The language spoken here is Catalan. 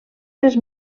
tres